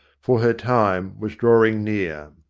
for her time was drawing near.